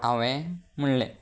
हांवें म्हणलें